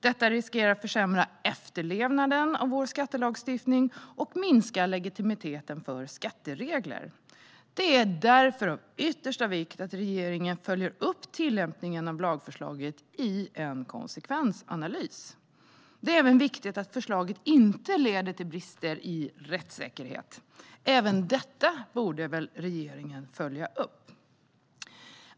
Detta riskerar att försämra efterlevnaden av vår skattelagstiftning och minska legitimiteten för skatteregler. Det är därför av yttersta vikt att regeringen följer upp tillämpningen av lagförslaget i en konsekvensanalys. Det är även viktigt att förslaget inte leder till brister i rättssäkerhet. Även detta bör regeringen följa upp.